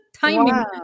Timing